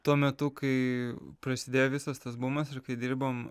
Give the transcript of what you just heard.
tuo metu kai prasidėjo visas tas bumas ir kai dirbom